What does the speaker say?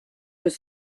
was